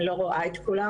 אני לא רואה את כולם.